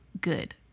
good